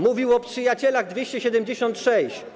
Mówił o przyjacielach 276.